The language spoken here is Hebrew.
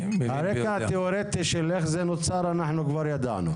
הרקע התיאורטי של איך זה נוצר, אנחנו כבר ידענו.